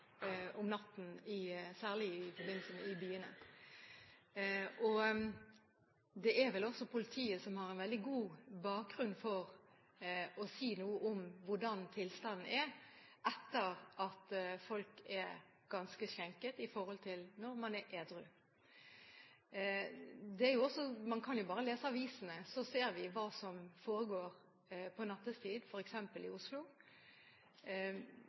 om natten, særlig i byene, og det er vel også politiet som har en veldig god bakgrunn for å si noe om hvordan tilstanden er etter at folk er ganske skjenket, i forhold til når man er edru. Man kan jo bare lese avisene, så ser vi hva som foregår ved nattetid, f.eks. i Oslo.